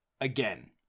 again